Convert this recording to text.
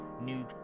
new